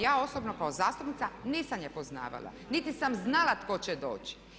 Ja osobno kao zastupnica nisam je poznavala niti sam znala tko će doći.